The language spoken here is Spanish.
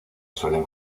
suelen